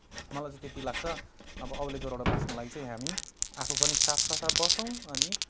मलाई चाहिँ त्यति लाग्छ अब औलेज्वरोबाट बाँच्नको लागि चाहिँ हामी आफू पनि साफ सफा बसौँ अनि